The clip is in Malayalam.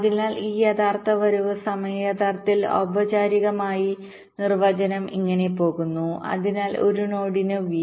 അതിനാൽ ഈ യഥാർത്ഥ വരവ് സമയം യഥാർത്ഥത്തിൽ ഔപചാരികമായി നിർവ്വചനം ഇങ്ങനെ പോകുന്നു അതിനാൽ ഒരു നോഡിന് v